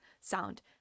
sound